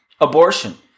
Abortion